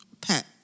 pet